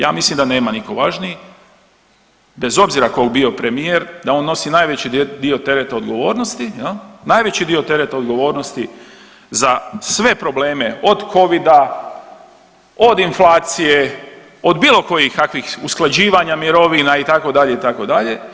Ja mislim da nema nitko važniji bez obzira tko bio premijer, da on nosi najveći dio tereta odgovornosti, najveći dio tereta odgovornosti za sve probleme od covida, od inflacije, od bilo kojih takvih usklađivanja mirovina itd. itd.